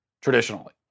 traditionally